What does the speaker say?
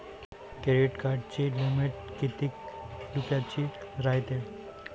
Credit कार्डाची limit कितीक रुपयाची रायते?